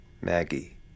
Maggie